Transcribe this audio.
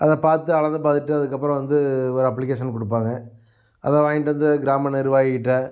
அதைப் பார்த்து அளந்து பார்த்துட்டு அதுக்கப்புறம் வந்து ஒரு அப்ளிகேஷன் கொடுப்பாங்க அதை வாங்கிட்டு வந்து கிராம நிர்வாகிகிட்ட